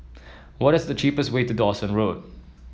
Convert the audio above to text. what is the cheapest way to Dawson Road